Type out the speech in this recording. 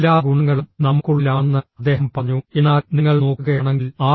എല്ലാ ഗുണങ്ങളും നമുക്കുള്ളിലാണെന്ന് അദ്ദേഹം പറഞ്ഞു എന്നാൽ നിങ്ങൾ നോക്കുകയാണെങ്കിൽ ആർ